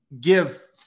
give